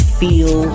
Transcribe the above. feel